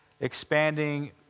expanding